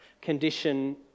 condition